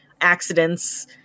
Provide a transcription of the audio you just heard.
Accidents